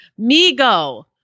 migo